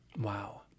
Wow